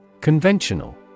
Conventional